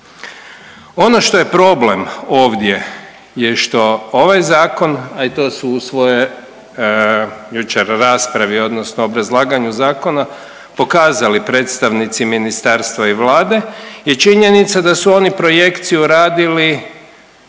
Ono što je problem ovdje je što ovaj Zakon a to su u svojoj jučer raspravi odnosno obrazlaganju zakona pokazali predstavnici Ministarstva i Vlade je činjenica da su oni projekciju radili